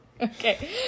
Okay